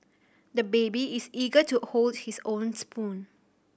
the baby is eager to hold his own spoon